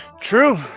True